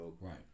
Right